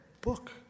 book